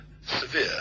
severe